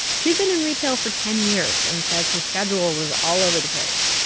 she'd been in retail for ten years and said her schedule was all over the place.